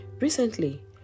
recently